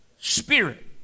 spirit